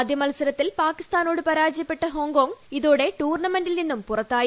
ആദ്യ മത്സരത്തിൽ പാക്കിസ്ഥാനോട് പരാജയപ്പെട്ട ഹോങ്കോങ്ങ് ഇതോടെ ടൂർണമെന്റിൽ നിന്നും പുറത്തായി